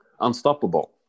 unstoppable